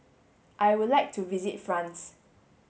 I would like to visit France